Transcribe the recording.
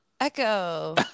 echo